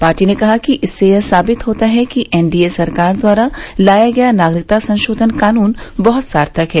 party ने कहा है कि इससे यह साबित होता है कि एनडीए सरकार द्वारा लाया गया नागरिकता संशोधन कानून बहुत सार्थक है